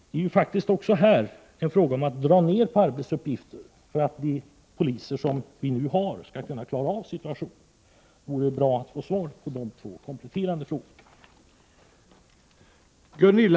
Det är faktiskt också här en fråga om att dra ned på arbetsuppgifterna, för att de poliser vi nu har skall kunna klara av situationen. Det vore bra att få svar på de två kompletterande frågorna.